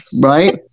Right